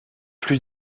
plus